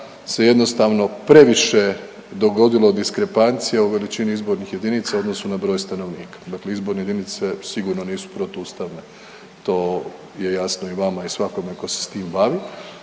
se jednostavno previše dogodilo diskrepancije u veličini izbornih jedinica u odnosu na broj stanovnika, dakle izborne jedinice sigurno nisu protuustavne to je jasno i vama i svakome tko se s tim bavi.